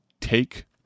take